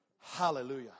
Hallelujah